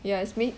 ya it's me